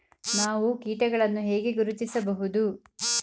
ನಾವು ಕೀಟಗಳನ್ನು ಹೇಗೆ ಗುರುತಿಸಬಹುದು?